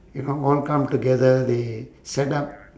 you know all come together they set up